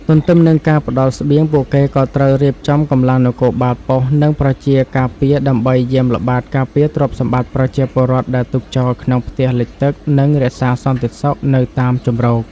ទន្ទឹមនឹងការផ្ដល់ស្បៀង ពួកគេក៏ត្រូវរៀបចំកម្លាំងនគរបាលប៉ុស្តិ៍ និងប្រជាការពារដើម្បីយាមល្បាតការពារទ្រព្យសម្បត្តិប្រជាពលរដ្ឋដែលទុកចោលក្នុងផ្ទះលិចទឹក និងរក្សាសន្តិសុខនៅតាមជម្រក។